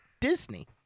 disney